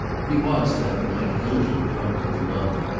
he was, that night, a little drunk with love,